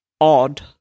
odd